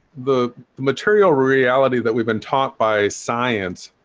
the material reality that we've been taught by science